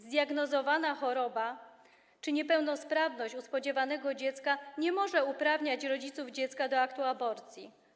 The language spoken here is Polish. Zdiagnozowana choroba czy niepełnosprawność u spodziewanego dziecka nie może uprawniać rodziców dziecka do aktu aborcji.